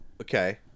okay